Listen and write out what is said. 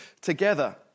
together